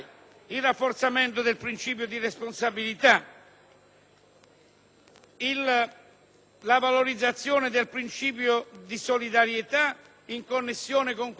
la valorizzazione del principio di solidarietà in connessione con quello dell'unità nazionale. A tale scopo abbiamo voluto riconoscere